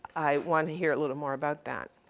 i want to hear a little more about that.